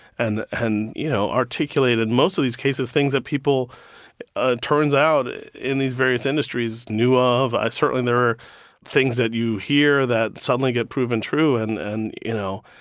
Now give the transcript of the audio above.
and and, you know, articulate in most of these cases things that people ah turns out in these various industries knew ah of. certainly there are things that you hear that suddenly get proven true, and and, you know,